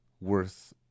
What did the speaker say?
worth